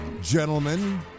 gentlemen